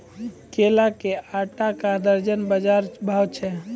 केला के आटा का दर्जन बाजार भाव छ?